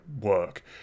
work